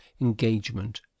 engagement